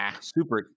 super